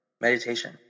meditation